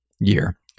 year